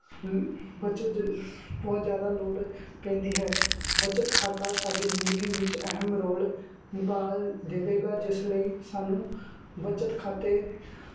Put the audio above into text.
ਬੱਚਤ ਜ ਬਹੁਤ ਜ਼ਿਆਦਾ ਲੋੜ ਬੱਚਤ ਪੈਂਦੀ ਹੈ ਬੱਚਤ ਖਾਤਾ ਸਾਡੀ ਜ਼ਿੰਦਗੀ ਵਿੱਚ ਅਹਿਮ ਰੋਲ ਨਿਭਾ ਦੇਵੇਗਾ ਜਿਸ ਲਈ ਸਾਨੂੰ ਬੱਚਤ ਖਾਤੇ